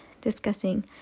discussing